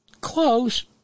close